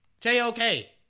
J-O-K